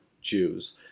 Jews